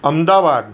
Ahmedabad